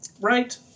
Right